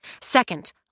Second